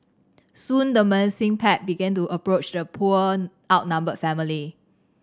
soon the menacing pack began to approach the poor outnumbered family